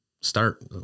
start